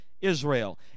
Israel